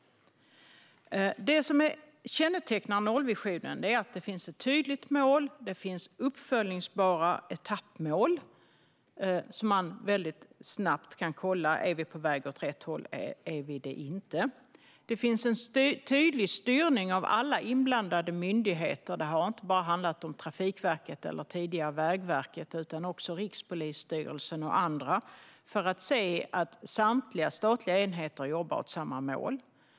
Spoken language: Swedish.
Det som kännetecknar nollvisionen är ett tydligt mål och uppföljningsbara etappmål som gör att man snabbt kan kolla om man är på väg åt rätt håll eller inte. Det finns en tydlig styrning av alla inblandade myndigheter - det har inte bara handlat om Trafikverket eller tidigare Vägverket utan också om Rikspolisstyrelsen och andra - för att se till att samtliga statliga enheter jobbar mot samma mål.